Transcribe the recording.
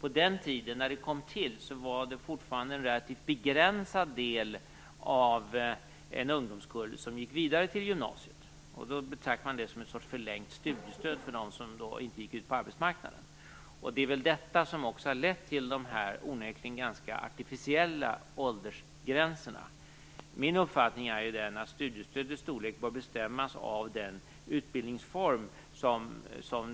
På den tiden var det fortfarande en relativt begränsad del av en ungdomskull som gick vidare till gymnasiet. Då betraktade man det som en sorts förlängt barnbidrag för dem som inte gick ut på arbetsmarknaden. Det är detta som har lett till dessa onekligen ganska artificiella åldersgränser. Min uppfattning är att studiestödets storlek bör bestämmas av den utbildningsform som